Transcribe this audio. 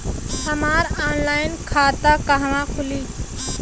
हमार ऑनलाइन खाता कहवा खुली?